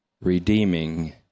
redeeming